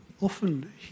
often